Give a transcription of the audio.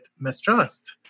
mistrust